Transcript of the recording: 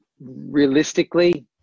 Realistically